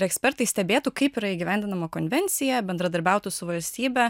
ir ekspertai stebėtų kaip yra įgyvendinama konvencija bendradarbiautų su valstybe